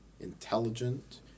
intelligent